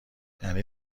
یعنی